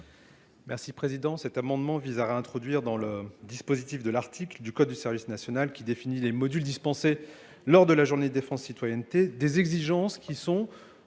Merci Président. Cet amendement vise à réintroduire dans le dispositif de l'article du Code du service national qui définit les modules dispensés lors de la Journée de défense citoyenneté des exigences qui sont